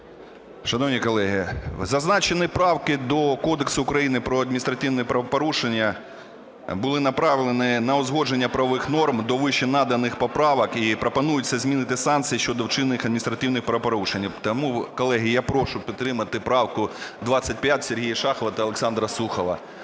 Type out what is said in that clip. Шановні колеги, зазначені правки до Кодексу України про адміністративні правопорушення були направлені на узгодження правових норм до вищенаданих поправок і пропонується змінити санкції щодо вчинених адміністративних правопорушень. Тому, колеги, я прошу підтримати правку 25 Сергія Шахова та Олександра Сухова.